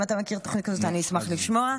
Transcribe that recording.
אם אתה מכיר תוכנית כזאת, אני אשמח לשמוע.